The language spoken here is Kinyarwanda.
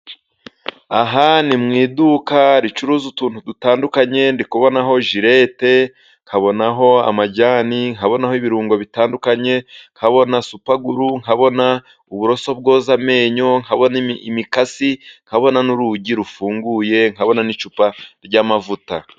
Aha ni mu iduka ricuruza utuntu dutandukanye ndiku kubonaho jirete, nkabonaho amajyani, nkabonaho ibirungo bitandukanye ,nkabona supaguru nkabona uburoso bwoza amenyo ,nkabona imikasi nkabona n'urugi rufunguye nkabona n'icupa ry'amavuta.